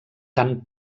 tan